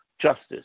justice